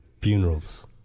Funerals